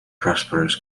prosperous